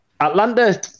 Atlanta